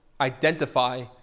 identify